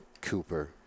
Cooper